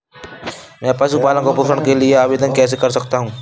मैं पशु पालन पोषण के लिए आवेदन कैसे कर सकता हूँ?